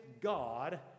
God